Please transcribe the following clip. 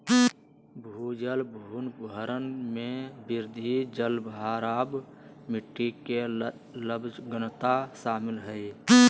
भूजल पुनर्भरण में वृद्धि, जलभराव, मिट्टी के लवणता शामिल हइ